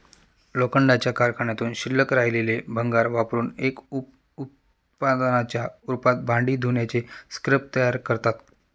लोखंडाच्या कारखान्यातून शिल्लक राहिलेले भंगार वापरुन एक उप उत्पादनाच्या रूपात भांडी धुण्याचे स्क्रब तयार करतात